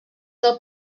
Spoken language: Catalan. del